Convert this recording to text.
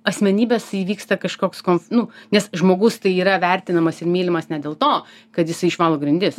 asmenybės įvyksta kažkoks konf nu nes žmogus tai yra vertinamas ir mylimas ne dėl to kad jisai išvalo grindis